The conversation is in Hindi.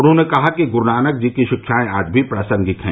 उन्होंने कहा कि गुरूनानक जी की शिक्षायें आज भी प्रासंगिक हैं